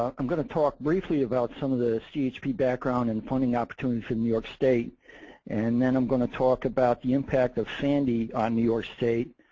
um i'm going to talk briefly about some of the chp background and funding opportunity for new york state and then i'm going to talk about the impact of sandy on new york state,